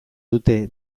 dute